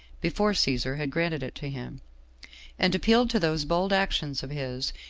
before caesar had granted it to him and appealed to those bold actions of his,